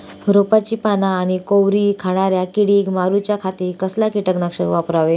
रोपाची पाना आनी कोवरी खाणाऱ्या किडीक मारूच्या खाती कसला किटकनाशक वापरावे?